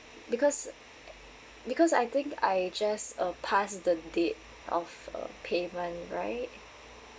because because I think I just uh passed the day of uh payment right